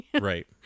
right